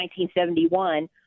1971